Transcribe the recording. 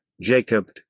Jacob